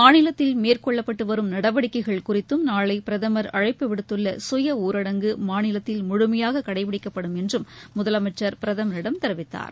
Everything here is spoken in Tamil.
மாநிலத்தில் மேற்கொள்ளப்பட்டுவரும் நடவடிக்கைகள் குறித்தும் நாளைபிரதமர் அழைப்பு விடுத்துள்ள சுய ஊரடங்கு மாநிலத்தில் முழுமயாககளடபிடிக்கப்படும் என்றும் முதலமச்சர் பிரதமரிடம் தெரிவித்தார்